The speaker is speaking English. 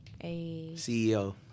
CEO